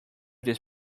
this